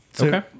Okay